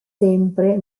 sempre